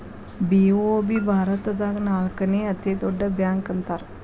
BOB ಭಾರತದಾಗ ನಾಲ್ಕನೇ ಅತೇ ದೊಡ್ಡ ಬ್ಯಾಂಕ ಅಂತಾರ